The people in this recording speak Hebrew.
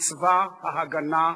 בצבא-הגנה לישראל.